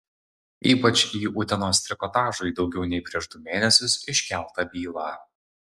ypač į utenos trikotažui daugiau nei prieš du mėnesius iškeltą bylą